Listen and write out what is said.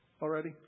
already